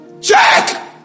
check